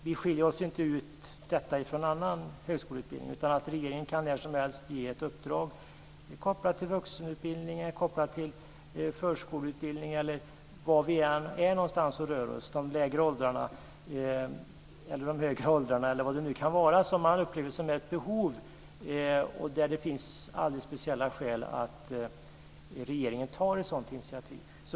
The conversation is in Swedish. Vi skiljer inte ut detta från annan högskoleutbildning utan regeringen kan när som helst ge ett uppdrag kopplat till vuxenutbildning, kopplat till förskoleutbildning eller var vi än är och rör oss - de lägre åldrarna, de högre åldrarna eller vad det nu kan vara där man upplever ett behov och där det finns alldeles speciella skäl för regeringen att ta ett sådant initiativ.